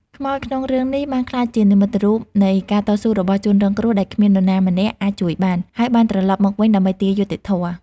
ខ្មោចក្នុងរឿងនេះបានក្លាយជានិមិត្តរូបនៃ ការតស៊ូរបស់ជនរងគ្រោះ ដែលគ្មាននរណាម្នាក់អាចជួយបាន ហើយបានត្រឡប់មកវិញដើម្បីទារយុត្តិធម៌។